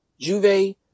Juve